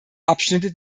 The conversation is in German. abschnitte